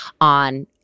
on